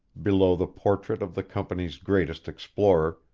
below the portrait of the company's greatest explorer,